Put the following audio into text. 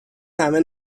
همه